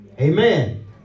Amen